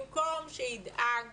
במקום שידאג